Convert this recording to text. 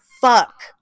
Fuck